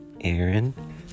Aaron